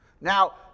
Now